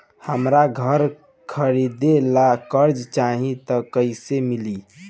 हमरा घर खरीदे ला कर्जा चाही त कैसे मिली?